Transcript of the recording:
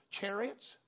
chariots